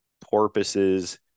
porpoises